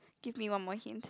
give me one more hint